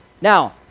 Now